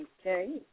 Okay